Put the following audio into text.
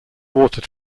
water